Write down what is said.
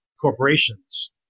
corporations